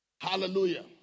Hallelujah